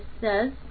says